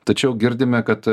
tačiau girdime kad